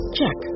Check